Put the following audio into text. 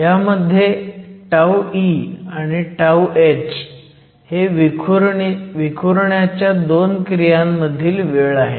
ह्यामध्ये e आणि h ही विखुरण्याच्या 2 क्रियांमधील वेळ आहे